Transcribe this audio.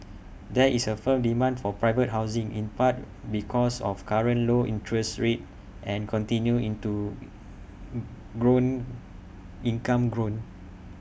there is A firm demand for private housing in part because of current low interest rates and continued into in grown income grown